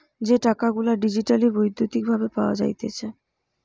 যে টাকা গুলা ডিজিটালি বৈদ্যুতিক ভাবে পাওয়া যাইতেছে